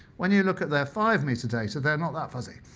when you look at their five meter data, they're not that fuzzy.